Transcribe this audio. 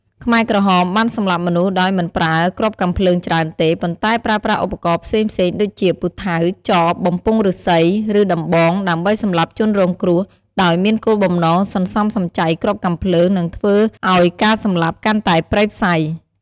ខ្មែរក្រហមបានសម្លាប់មនុស្សដោយមិនប្រើគ្រាប់កាំភ្លើងច្រើនទេ ប៉ុន្តែប្រើប្រាស់ឧបករណ៍ផ្សេងៗដូចជា ពូថៅ ចប បំពង់ឫស្សី ឬដំបង ដើម្បីសម្លាប់ជនរងគ្រោះ ដោយមានគោលបំណងសន្សំសំចៃគ្រាប់កាំភ្លើង និងធ្វើឱ្យការសម្លាប់កាន់តែព្រៃផ្សៃ។